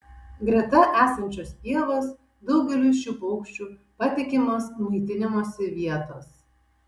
greta esančios pievos daugeliui šių paukščių patikimos maitinimosi vietos